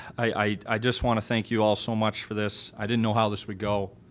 i just want to thank you all so much for this, i didn't know how this would go.